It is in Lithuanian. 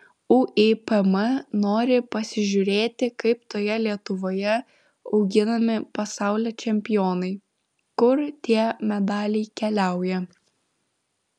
uipm nori pasižiūrėti kaip toje lietuvoje auginami pasaulio čempionai kur tie medaliai keliauja